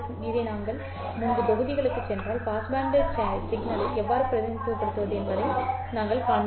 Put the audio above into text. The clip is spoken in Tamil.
இதை நீங்கள் முன்பு தொகுதிகளுக்குச் சென்றால் பாஸ்பேண்ட் சிக்னலை எவ்வாறு பிரதிநிதித்துவப்படுத்துவது என்பதை நாங்கள் காண்பித்தோம்